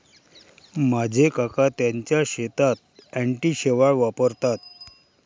माझे काका त्यांच्या शेतात अँटी शेवाळ वापरतात